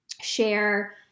share